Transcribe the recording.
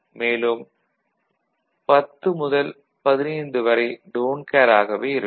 மேலும் 10 முதல் 15 don't care ஆகவே இருக்கும்